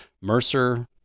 Mercer